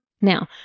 Now